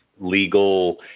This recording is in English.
legal